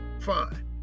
Fine